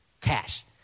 cash